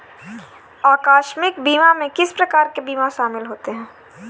आकस्मिक बीमा में किस प्रकार के बीमा शामिल होते हैं?